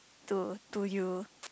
to to you